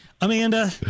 Amanda